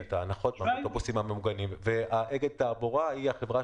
האופציה היחידה